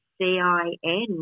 C-I-N